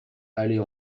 aller